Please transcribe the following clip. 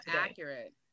accurate